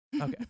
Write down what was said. Okay